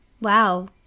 Wow